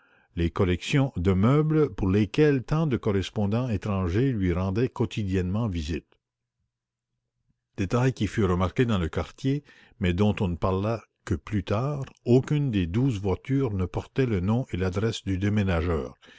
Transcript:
les collections de meubles pour lesquelles tant de correspondants étrangers lui rendaient quotidiennement visite détails qui furent remarqués dans le quartier mais dont on ne parla que plus tard aucune des douze voitures ne portait le nom et l'adresse du déménageur